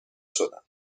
شدم